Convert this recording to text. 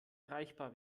erreichbar